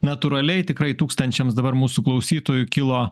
natūraliai tikrai tūkstančiams dabar mūsų klausytojų kilo